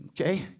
Okay